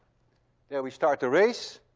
here we start the race.